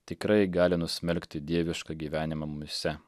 tikrai gali nusmelkti dievišką gyvenimą mumyse